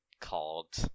called